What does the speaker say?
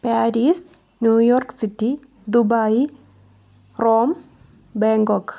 Paris New York city Dubai Rome Bangkok